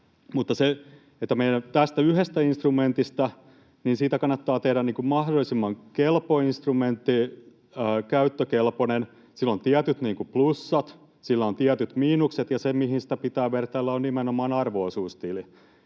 tästä yhdestä instrumentista meidän kannattaa tehdä mahdollisimman kelpo instrumentti, käyttökelpoinen. Sillä on tietyt plussat, sillä on tietyt miinukset, ja se, mihin sitä pitää vertailla, on nimenomaan arvo-osuustili,